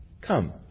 come